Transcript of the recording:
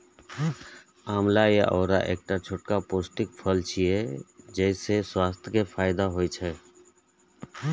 आंवला या औरा एकटा छोट पौष्टिक फल छियै, जइसे स्वास्थ्य के फायदा होइ छै